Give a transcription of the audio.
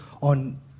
on